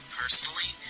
personally